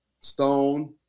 Stone